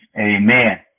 amen